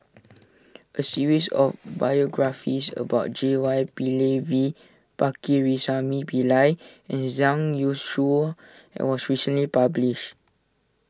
a series of biographies about J Y Pillay V Pakirisamy Pillai and Zhang Youshuo it was recently published